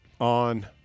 on